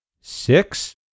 Six